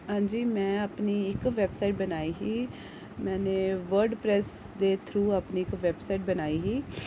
हां जी में अपनी इक वैबसाइट बनाई ही में प्रैस दे थ्रू अपनी वैबसाइट बनाई ही